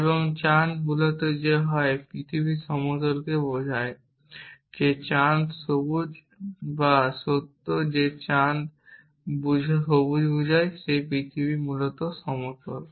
এবং চাঁদ সবুজ যে হয় পৃথিবী সমতল বোঝায় যে চাঁদ সবুজ বা সত্য যে চাঁদ সবুজ বোঝায় যে পৃথিবী মূলত সমতল